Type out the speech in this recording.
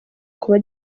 kuba